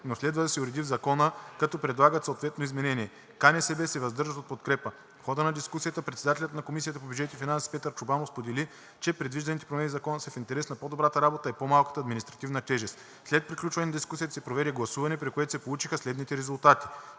но следва да се уреди в Закона, като предлагат съответното изменение. КНСБ се въздържат от подкрепа. В хода на дискусията председателят на Комисията по бюджет и финанси Петър Чобанов сподели, че предвижданите промени в Закона са в интерес на по-добрата работа и по-малката административна тежест. След приключване на дискусията се проведе гласуване, при което се получиха следните резултати: